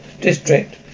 District